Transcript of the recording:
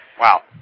Wow